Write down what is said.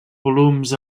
volums